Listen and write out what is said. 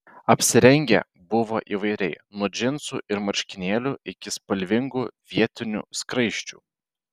apsirengę buvo įvairiai nuo džinsų ir marškinėlių iki spalvingų vietinių skraisčių